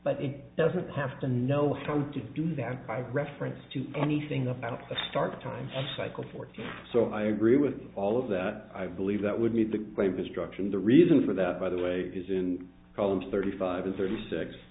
but it doesn't have to know how to do that by reference to anything about the start time cycle forty so i agree with all of that i believe that would be the great destruction the reason for that by the way is in columns thirty five and thirty six